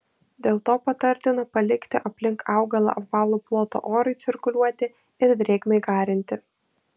dėl to patartina palikti aplink augalą apvalų plotą orui cirkuliuoti ir drėgmei garinti